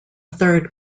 third